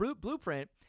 blueprint